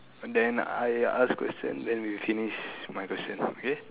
then I ask question then we finish my question okay